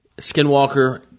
Skinwalker